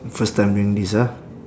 first time doing this ah